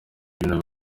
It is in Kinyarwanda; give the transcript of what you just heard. ukuntu